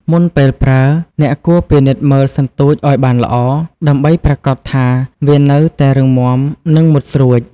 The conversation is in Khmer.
មុនពេលប្រើ អ្នកគួរពិនិត្យមើលសន្ទូចឲ្យបានល្អ ដើម្បីប្រាកដថាវានៅតែរឹងមាំ និងមុតស្រួច។